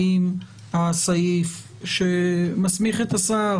האם הסעיף שמסמיך את השר,